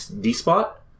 D-spot